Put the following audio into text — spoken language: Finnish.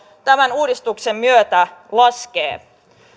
tämän uudistuksen myötä laskee suomi